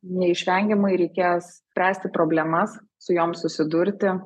neišvengiamai reikės spręsti problemas su jom susidurti